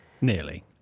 Nearly